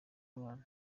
umwami